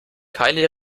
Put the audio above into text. keine